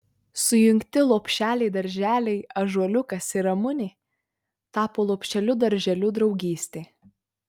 sujungti lopšeliai darželiai ąžuoliukas ir ramunė tapo lopšeliu darželiu draugystė